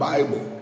Bible